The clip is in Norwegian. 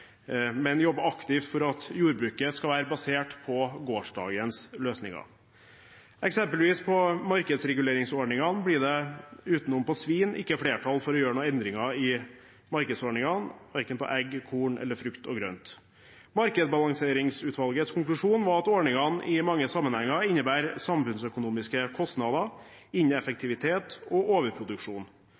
men jobber aktivt for at jordbruket skal være basert på gårsdagens løsninger. Eksempelvis blir det på markedsreguleringsordningene – utenom på svin – ikke flertall for å gjøre noen endringer i markedsordningene, verken på egg, korn eller frukt og grønt. Markedsbalanseringsutvalgets konklusjon var at ordningene i mange sammenhenger innebærer samfunnsøkonomiske kostnader, ineffektivitet og overproduksjon.